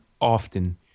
often